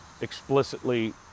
explicitly